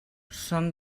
són